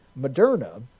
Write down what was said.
Moderna